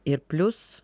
ir plius